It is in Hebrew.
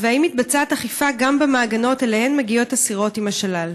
4. האם מתבצעת אכיפה גם במעגנות שאליהן מגיעות הסירות עם השלל?